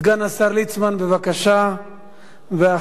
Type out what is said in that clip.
סגן השר חבר הכנסת יעקב ליצמן, בבקשה, ואחריו,